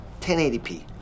1080p